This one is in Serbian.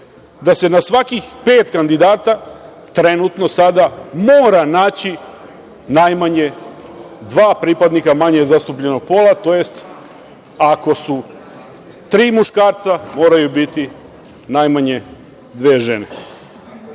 da se na svakih pet kandidata, trenutno sada, mora naći najmanje dva pripadnika manje zastupljenog pola, tj. ako su tri muškarca, moraju biti najmanje dve žene. Može